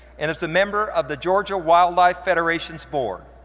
and is a member of the georgia wildlife federation's board.